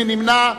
מי נמנע?